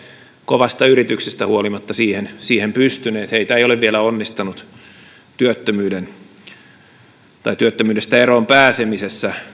kovasta yrityksestä huolimatta siihen siihen pystyneet heitä ei ole vielä onnistanut työttömyydestä eroon pääsemisessä